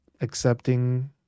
accepting